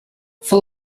for